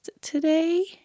today